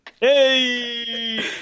Hey